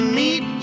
meet